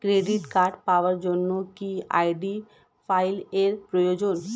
Credit card পাওয়ার জন্য কি আই.ডি ফাইল এর প্রয়োজন?